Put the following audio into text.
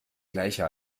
gleicher